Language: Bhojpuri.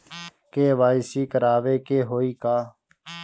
के.वाइ.सी करावे के होई का?